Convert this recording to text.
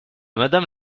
madame